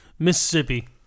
Mississippi